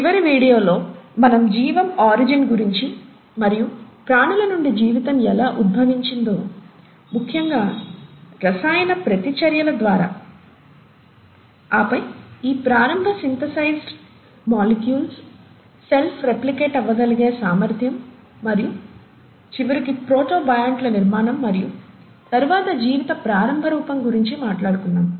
చివరి వీడియోలో మనము జీవం ఆరిజిన్ గురించి మరియు ప్రాణుల నుండి జీవితం ఎలా ఉద్భవించిందో ముఖ్యంగా రసాయన ప్రతిచర్యల ద్వారా ఆపై ఈ ప్రారంభ సింథసైజ్డ్ మాలిక్యూల్స్ సెల్ఫ్ రెప్లికేట్ అవ్వగలిగే సామర్థ్యం మరియు చివరికి ప్రోటోబయోంట్ల నిర్మాణం మరియు తరువాత జీవిత ప్రారంభ రూపం గురించి మాట్లాడుకున్నాము